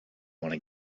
wanna